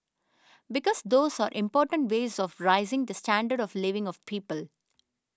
because those are important ways of raising the standard of living of people